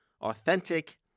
authentic